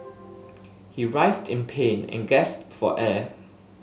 he writhed in pain and gasped for air